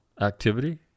activity